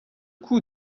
coût